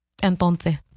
Entonces